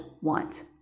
want